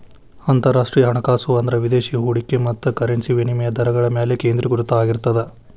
ಅಂತರರಾಷ್ಟ್ರೇಯ ಹಣಕಾಸು ಅಂದ್ರ ವಿದೇಶಿ ಹೂಡಿಕೆ ಮತ್ತ ಕರೆನ್ಸಿ ವಿನಿಮಯ ದರಗಳ ಮ್ಯಾಲೆ ಕೇಂದ್ರೇಕೃತ ಆಗಿರ್ತದ